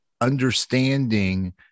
understanding